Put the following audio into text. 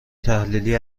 تحلیلی